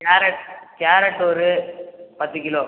carrot carrot ஒரு பத்து kilo